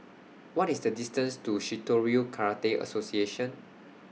What IS The distance to Shitoryu Karate Association